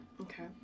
Okay